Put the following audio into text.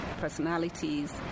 personalities